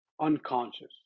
unconscious